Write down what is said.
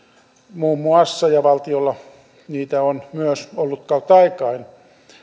muun muassa ja valtiolla niitä on myös ollut kautta aikain